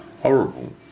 horrible